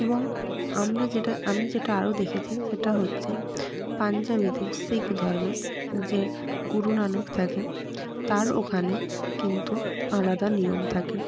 এবং আমরা যেটা আমি যেটা আরও দেখেছি সেটা হচ্ছে পাঞ্জাবীদের শিক ধর্মের যে গুরুনানক থাকে তার ওখানে কিন্তু আলাদা নিয়ম থাকে